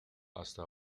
hasta